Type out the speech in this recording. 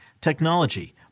technology